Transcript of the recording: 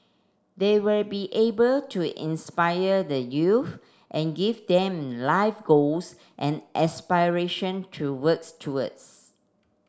they will be able to inspire the youth and give them life goals and aspiration to works towards